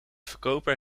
verkoper